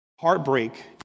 heartbreak